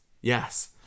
Yes